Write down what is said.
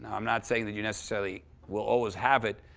i'm not saying that you necessarily will always have it,